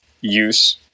use